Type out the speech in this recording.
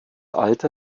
alter